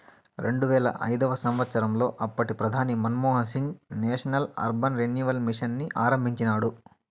రెండువేల ఐదవ సంవచ్చరంలో అప్పటి ప్రధాని Manmohan Singh national urban renewal mission ని ఆరంభించినాడు